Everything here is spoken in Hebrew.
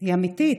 היא אמיתית,